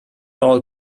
all